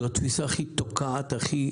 זו התפיסה הכי תוקעת והכי